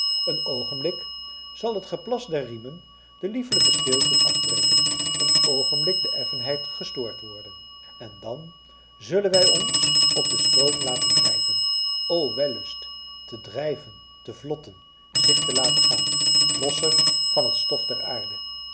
een oogenblik zal het geplas der riemen de liefelijke stilte afbreken een oogenblik de effenheid gestoord worden en dan zullen wij ons op den stroom laten drijven o wellust te drijven te vlotten zich te laten gaan losser van het stof der aarde